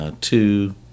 Two